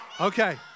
Okay